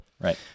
Right